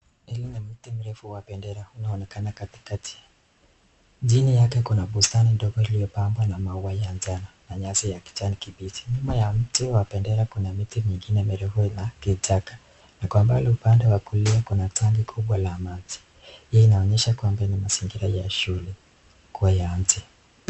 Hili ni mti mrefu wa bendera unaonekana katikakati. Chini yake Kuna bustani iliyopambwa namaua ya njano na nyasi ya kijani kibichi. Nyuma ya mti wa bendera Kuna miti mingine mirefu la kichaka. Upande wa kulia kuna tanki kubwa la maji. Hiyo inaonyesha ni mazingira ya shule kuwa ya nje.